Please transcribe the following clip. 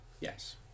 Yes